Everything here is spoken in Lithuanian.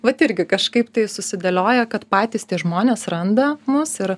vat irgi kažkaip tai susidėlioja kad patys tie žmonės randa mus ir